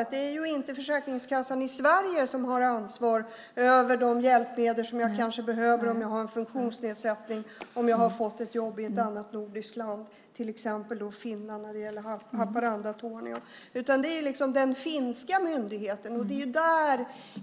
att det inte är Försäkringskassan i Sverige som har ansvar för de hjälpmedel som jag kanske behöver när jag har en funktionsnedsättning och har fått ett jobb i ett annat nordiskt land, till exempel Finland när det gäller Haparanda-Torneå. Det är den finska myndigheten som har det ansvaret.